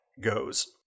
goes